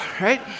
Right